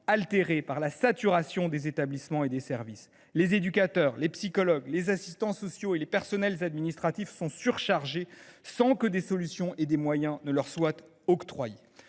altéré par la saturation des établissements et des services. Les éducateurs, les psychologues, les assistants sociaux et les personnels administratifs sont surchargés, mais ni solutions ni moyens ne leur sont octroyés.